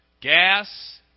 gas